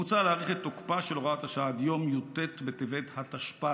מוצע להאריך את תוקפה של הוראת השעה עד יום י"ט בטבת התשפ"ד,